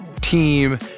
team